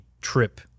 trip